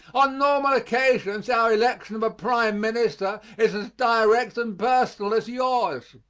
on normal occasions our election of a prime minister is as direct and personal as yours,